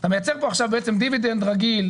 אתה מייצר כאן דיבידנד רגיל,